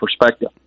perspective